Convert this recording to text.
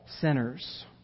sinners